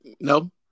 no